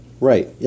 Right